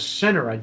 center